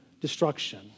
destruction